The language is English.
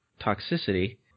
toxicity